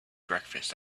breakfast